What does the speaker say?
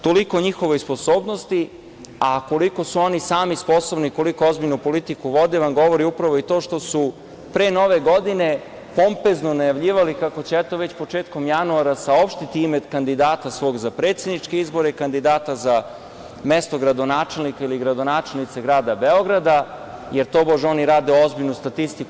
Toliko o njihovoj sposobnosti, a koliko su oni sami sposobni i koliko ozbiljnu politiku vode nam govori upravo i to što su pre nove godine pompezno najavljivali kako će, eto, već početkom januara saopštiti ime kandidata svog za predsedničke izbore i kandidata za mesto gradonačelnika ili gradonačelnicu grada Beograda, jer tobože oni rade ozbiljnu statistiku.